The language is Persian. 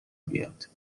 بیاد